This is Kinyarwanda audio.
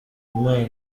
imana